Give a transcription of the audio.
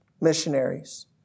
missionaries